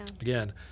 Again